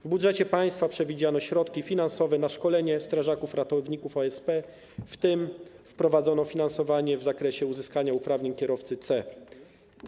W budżecie państwa przewidziano środki finansowe na szkolenie strażaków ratowników OSP, w tym wprowadzono finansowanie w zakresie uzyskania uprawnień kierowcy kategorii C.